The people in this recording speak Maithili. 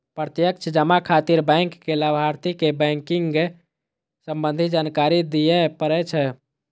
प्रत्यक्ष जमा खातिर बैंक कें लाभार्थी के बैंकिंग संबंधी जानकारी दियै पड़ै छै